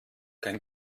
kein